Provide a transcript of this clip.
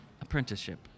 apprenticeship